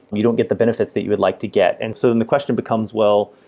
you don't get the benefits that you would like to get. and so then the question becomes, well,